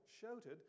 shouted